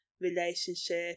Relationship